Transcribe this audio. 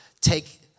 take